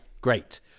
great